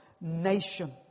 nation